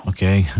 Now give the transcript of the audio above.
Okay